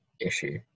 issue